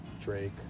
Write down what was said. Drake